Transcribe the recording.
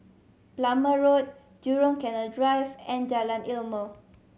Plumer Road Jurong Canal Drive and Jalan Ilmu